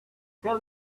tell